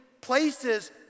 places